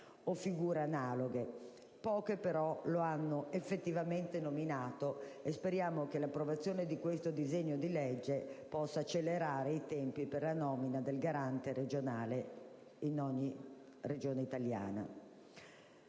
o figure analoghe, poche però lo hanno effettivamente nominato, e speriamo che l'approvazione di questo disegno di legge possa accelerare i tempi per la nomina del Garante regionale in ogni Regione italiana.